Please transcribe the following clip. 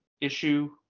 issue